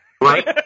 right